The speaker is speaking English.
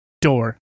Door